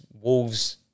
Wolves